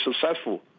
successful